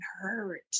hurt